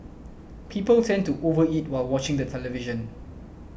people tend to over eat while watching the television